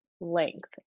length